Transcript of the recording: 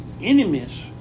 enemies